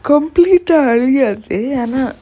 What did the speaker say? complete ah ஆனா:aanaa